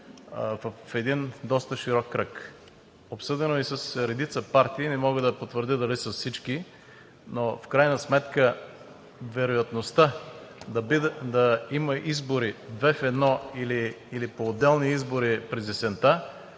в един доста широк кръг. Обсъдено е и с редица партии, не мога да потвърдя дали са всички, но в крайна сметка вероятността да има избори 2 в 1 или поотделно избори през есента,